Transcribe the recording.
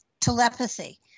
telepathy